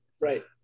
Right